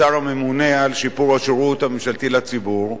לשר הממונה על שיפור השירות הממשלתי לציבור,